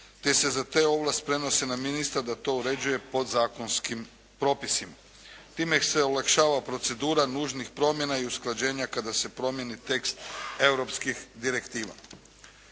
te se za te ovlast prenosi na ministra da to uređuje podzakonskom propisima. Time se olakšava procedura nužnih promjena i usklađenja kada se promijeni tekst europskih direktiva.